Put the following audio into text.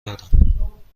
دارم